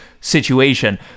situation